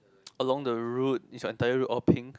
along the road is your entire road all pink